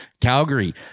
Calgary